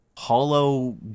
Hollow